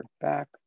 back